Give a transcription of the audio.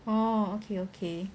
orh okay okay